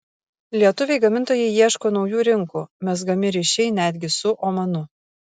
lietuviai gamintojai ieško naujų rinkų mezgami ryšiai netgi su omanu